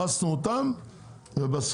הרסנו אותם ובסוף